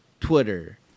twitter